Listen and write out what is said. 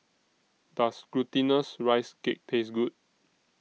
Does Glutinous Rice Cake Taste Good